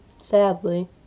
sadly